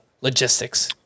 logistics